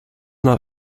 not